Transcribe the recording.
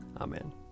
Amen